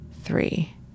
three